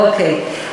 אוקיי,